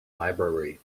library